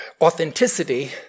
authenticity